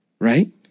right